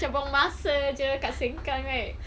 macam buang masa jer kat sengkang right